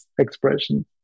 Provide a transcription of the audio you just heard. expression